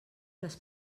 les